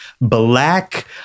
black